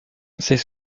ses